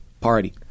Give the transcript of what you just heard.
party